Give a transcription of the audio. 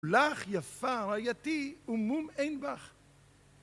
לך יפה רעיתי ומום אין בך.